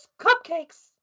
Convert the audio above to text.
Cupcakes